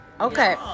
Okay